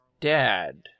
dad